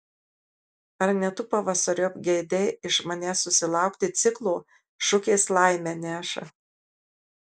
ar ne tu pavasariop geidei iš manęs susilaukti ciklo šukės laimę neša